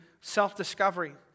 self-discovery